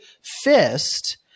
fist